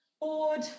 board